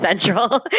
central